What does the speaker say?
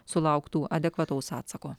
sulauktų adekvataus atsako